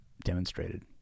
demonstrated